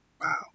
Wow